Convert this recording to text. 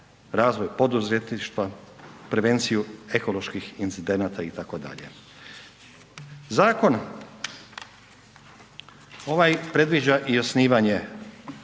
razvoj poduzetništva, prevenciju ekoloških incidenata itd. Zakon ovaj predviđa i osnivanje